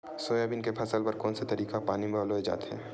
Soybean के फसल बर कोन से तरीका ले पानी पलोय जाथे?